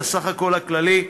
את הסך הכול הכללי: